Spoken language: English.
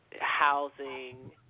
housing